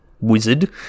wizard